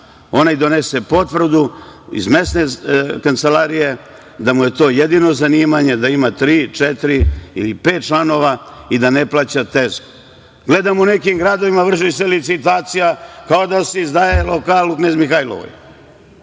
Onaj donese potvrdu iz mesne kancelarije da mu je to jedino zanimanje, da ima tri, četiri ili pet članova i da ne plaća tezgu. Gledam u nekim gradovima vrši se licitacija, kao da se izdaje lokal u Knez Mihailovoj.